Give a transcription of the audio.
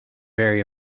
very